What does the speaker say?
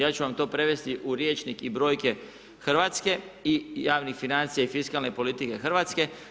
Ja ću vam to prevesti u rječnik i brojke Hrvatske i javnih financija i fiskalnih politike Hrvatske.